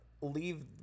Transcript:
leave